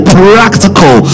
practical